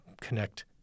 connect